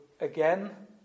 again